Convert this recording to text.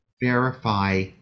verify